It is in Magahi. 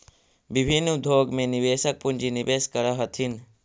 विभिन्न उद्योग में निवेशक पूंजी निवेश करऽ हथिन